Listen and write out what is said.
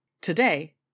Today